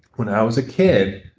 when i was a kid,